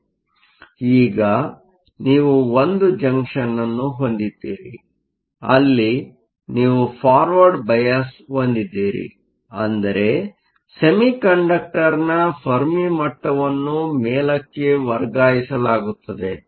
ಆದರೆ ಈಗ ನೀವು ಒಂದು ಜಂಕ್ಷನ್ ಅನ್ನು ಹೊಂದಿದ್ದೀರಿ ಅಲ್ಲಿ ನೀವು ಫಾರ್ವರ್ಡ್ ಬಯಾಸ್ ಹೊಂದಿದ್ದೀರಿ ಅಂದರೆ ಸೆಮಿಕಂಡಕ್ಟರ್ನ ಫೆರ್ಮಿ ಮಟ್ಟವನ್ನು ಮೇಲಕ್ಕೆ ವರ್ಗಾಯಿಸಲಾಗುತ್ತದೆ